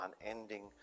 unending